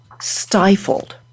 stifled